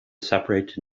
separate